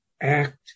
act